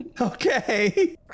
Okay